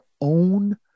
own